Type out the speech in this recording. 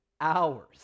hours